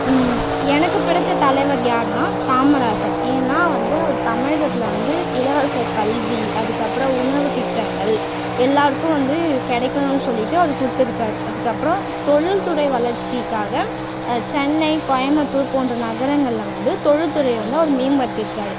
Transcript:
எனக்கு பிடித்த தலைவர் யாருன்னால் காமராசர் ஏன்னா வந்து அவர் தமிழகத்தில் வந்து இலவச கல்வி அதுக்கப்புறம் உணவு திட்டங்கள் எல்லாருக்கும் வந்து கிடைக்கணுன்னு சொல்லிட்டு அவர் கொடுத்துருக்காரு அதுக்கப்புறம் தொழில்துறை வளர்ச்சிக்காக சென்னை கோயபுத்தூர் போன்ற நகரங்கள்ல வந்து தொழில்துறையை வந்து அவர் மேம்படுத்திருக்கார்